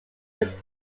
was